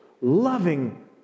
loving